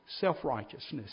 self-righteousness